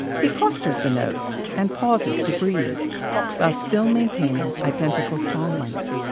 he clusters the notes and pauses to breathe while still maintaining identical song length.